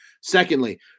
Secondly